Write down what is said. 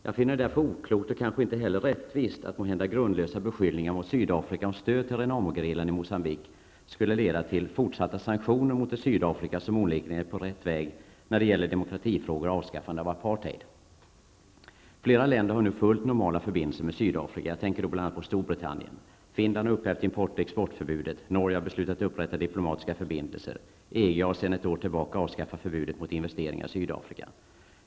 Jag finner det därför oklokt, och kanske inte heller rättvist, att måhända grundlösa beskyllningar mot Moçambique skulle leda till fortsatta sanktioner mot ett Sydafrika som onekligen är på rätt väg när det gäller demokratifrågor och avskaffandet av apartheid. Flera länder har nu fullt normala förbindelser med Sydafrika. Jag tänker bl.a. på Storbritannien. Finland har upphävt import och exportförbudet, Norge har beslutat att upprätta diplomatiska förbindelser, EG har sedan ett år tillbaka avskaffat förbudet mot investeringar i Sydafrika.